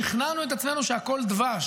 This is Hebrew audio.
שכנענו את עצמנו שהכול דבש,